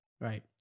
Right